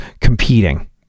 competing